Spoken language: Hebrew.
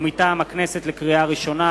התש"ע 2009,